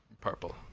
purple